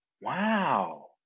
wow